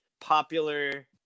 popular